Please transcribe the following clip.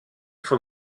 von